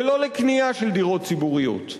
ולא לקנייה של דירות ציבוריות.